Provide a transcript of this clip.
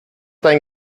dein